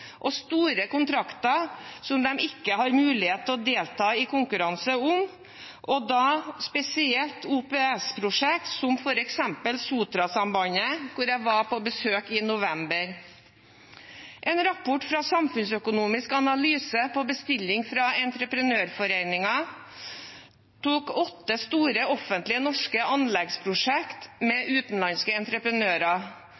og store kontrakter som de ikke har mulighet til å delta i konkurranse om, og da spesielt OPS-prosjekt som f.eks. Sotrasambandet, hvor jeg var på besøk i november. En rapport fra Samfunnsøkonomisk analyse på bestilling fra Entreprenørforeningen tok for seg åtte store norske offentlige anleggsprosjekt